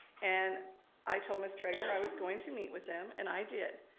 and i told mr. egnor i was going to meet with them and i did.